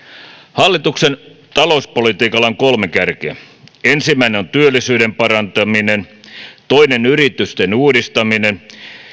hallituksen talouspolitiikalla on kolme kärkeä ensimmäinen on työllisyyden parantaminen toinen yritysten uudistaminen